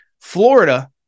Florida